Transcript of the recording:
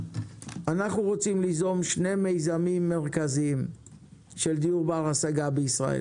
אנחנו רוצים ליזום שני מיזמים מרכזיים של דיור בר השגה בישראל: